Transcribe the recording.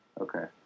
Okay